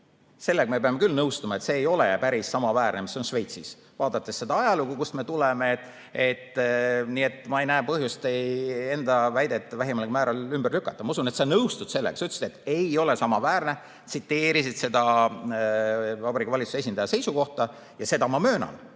sellega me peame küll nõustuma, et see ei ole päris samaväärne, mis on Šveitsis, vaadates seda ajalugu, kust me tuleme. Nii et ma ei näe põhjust enda väidet vähimalgi määral ümber lükata. Ma usun, et sa nõustud sellega. Sa ütlesid, et ei ole samaväärne, tsiteerisid seda Vabariigi Valitsuse esindaja seisukohta. Seda ma möönan,